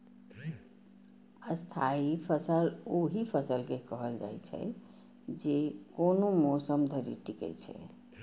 स्थायी फसल ओहि फसल के कहल जाइ छै, जे कोनो मौसम धरि टिकै छै